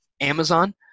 Amazon